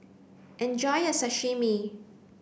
enjoy your sashimi